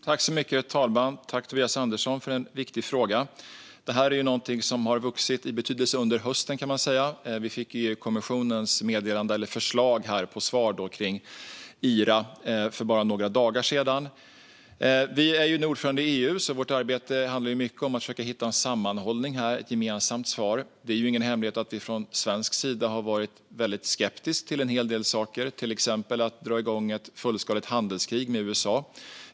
Herr talman! Jag tackar Tobias Andersson för en viktig fråga. Det här är något som har vuxit i betydelse under hösten. Vi fick EUkommissionens förslag på svar om IRA för bara några dagar sedan. Sverige är nu ordförandeland i EU, och vårt arbete handlar mycket om att hitta en sammanhållning - ett gemensamt svar. Det är ingen hemlighet att vi från svensk sida har varit skeptiska till en hel del saker, till exempel att dra igång ett fullskaligt handelskrig med USA.